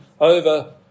over